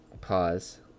Pause